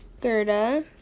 Gerda